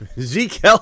Zeke